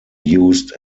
used